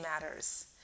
matters